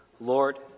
Lord